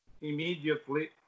immediately